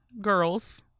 girls